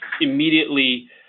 immediately